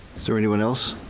is there anyone else?